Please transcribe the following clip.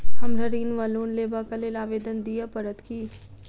हमरा ऋण वा लोन लेबाक लेल आवेदन दिय पड़त की?